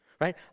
Right